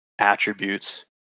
attributes